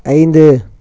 ஐந்து